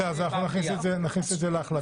בסדר, נכניס את זה להחלטה.